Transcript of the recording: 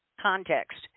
context